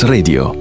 Radio